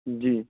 جی